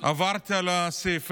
אתה יכול גם להוציא אותי, עוד מישהו?